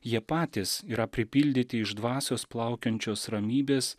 jie patys yra pripildyti iš dvasios plaukiančios ramybės